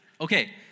Okay